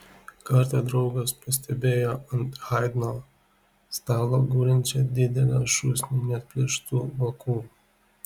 kartą draugas pastebėjo ant haidno stalo gulinčią didelę šūsnį neatplėštų vokų